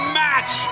match